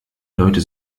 leute